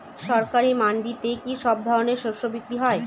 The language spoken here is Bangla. সরকারি মান্ডিতে কি সব ধরনের শস্য বিক্রি হয়?